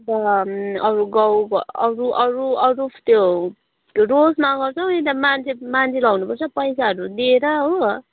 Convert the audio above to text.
अन्त अरू गाउँ अरू अरू अरू त्यो रोजमा गर्छौँ नि त्यहाँ मान्छे मान्छे लगाउनुपर्छ पैसाहरू दिएर हो